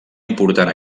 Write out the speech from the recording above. important